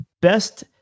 best